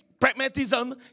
pragmatism